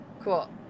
Cool